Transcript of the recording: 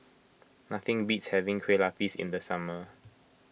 nothing beats having Kueh Lapis in the summer